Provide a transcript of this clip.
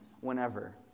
whenever